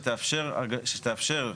שתאפשר,